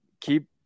keep